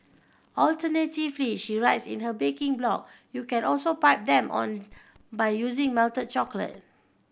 alternatively she writes in her baking blog you can also pipe them on by using melted chocolate